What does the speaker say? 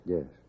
Yes